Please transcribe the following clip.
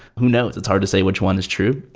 who knows? it's hard to say which one is true.